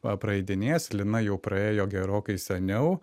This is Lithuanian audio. va praeidinės lina jau praėjo gerokai seniau